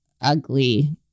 ugly